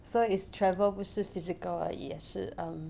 so is travel 不是 physical 而已也是 um